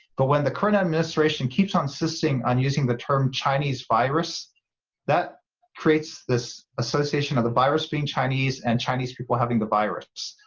but when the current administration keeps on insisting on using the term chinese virus that creates this association of the virus being chinese and chinese people having the virus,